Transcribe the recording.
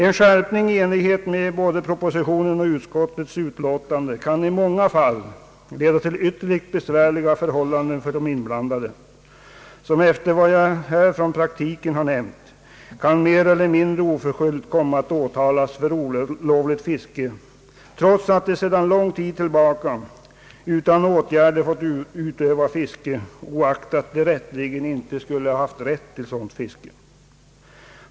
En skärpning i enlighet med både propositionen och utskottets förslag kan i många fall leda till ytterligt besvärliga förhållanden för de inblandade, som i praktiken — och efter det exempel jag här nämnt — mer eller mindre oförskyllt kan komma att åtalas för olovligt fiske, trots att de sedan lång tid tillbaka utan påföljd fått utöva fiske, oaktat de egentligen inte skulle haft rätt därtill.